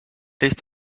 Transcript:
least